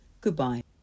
Goodbye